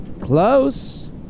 Close